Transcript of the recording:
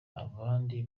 abandi